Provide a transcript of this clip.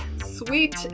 sweet